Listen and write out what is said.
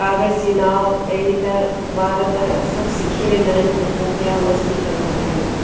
कागज़ जी नाव ऐं ई त ॿार त सभु सिखी वेंदा आहिनि त पोइ पिया मस्ती कंदा आहिनि